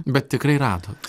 bet tikrai radot